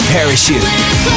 Parachute